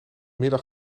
middag